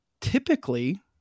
typically